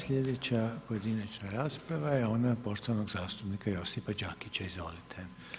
Sljedeća pojedinačna rasprava je ona poštovanog zastupnika Josipa Đakića, izvolite.